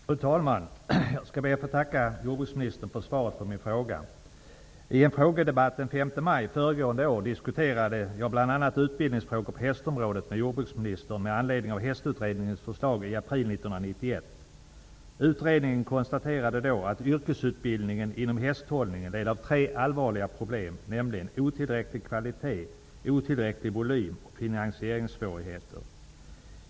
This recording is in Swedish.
Fru talman! Jag skall be att få tacka jordbruksministern för svaret på min fråga. I en frågedebatt den 5 maj föregående år diskuterade jag bl.a. utbildningsfrågor på hästområdet med jordbruksministern med anledning av Hästutredningens förslag i april 1991. Utredningen konstaterade då att yrkesutbildningen inom hästhållningen led av tre allvarliga problem, nämligen otillräcklig kvalitet, otillräcklig volym och finansieringssvårigheter.